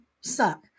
suck